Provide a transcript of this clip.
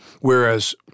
Whereas